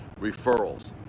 referrals